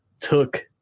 took